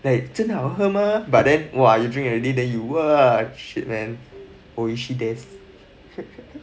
like 真的好喝吗 but the !wah! you drink already then you !wah! shit man oishi des